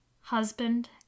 husband